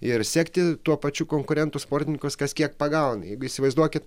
ir sekti tuo pačiu konkurentų sportininkus kas kiek pagauna jeigu įsivaizduokit